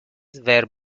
were